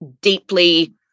deeply